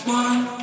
one